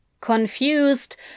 Confused